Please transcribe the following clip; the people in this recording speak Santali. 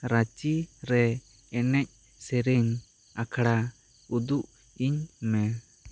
ᱨᱟᱸᱪᱤ ᱨᱮ ᱮᱱᱮᱡ ᱥᱮᱨᱮᱧ ᱟᱠᱷᱲᱟ ᱩᱫᱩᱜ ᱤᱧ ᱢᱮ